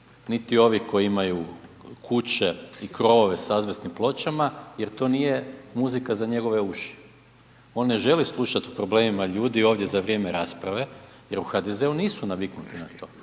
niti ovi koji imaju kuće i krovove s azbestnim pločama jer to nije muzika za njegove uši. On ne želi slušati o problemima ljudi ovdje za vrijeme rasprave jer u HDZ-u nisu naviknuti na to,